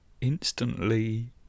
instantly